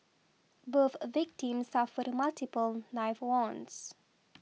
both a victims suffered multiple knife wounds